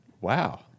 Wow